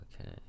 okay